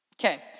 Okay